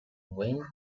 went